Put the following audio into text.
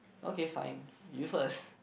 okay fine you first